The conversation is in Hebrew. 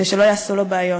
כדי שלא יעשו לו בעיות.